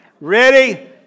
ready